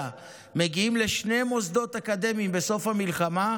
מגיעים לשני מוסדות אקדמיים בסוף המלחמה,